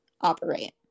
operate